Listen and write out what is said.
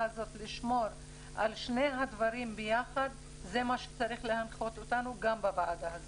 הזאת לשמור על שני הדברים ביחד זה מה שצריך להנחות אותנו גם בוועדה הזאת.